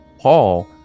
Paul